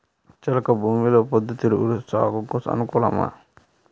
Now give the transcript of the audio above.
చెలక భూమిలో పొద్దు తిరుగుడు సాగుకు అనుకూలమా?